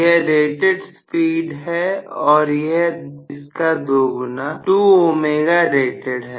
यह rated speed है और यह इसका दोगुना 2 ओमेगा रेटेड है